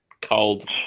cold